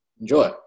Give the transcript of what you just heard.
enjoy